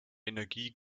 energie